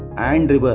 and